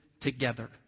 together